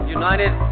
united